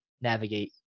navigate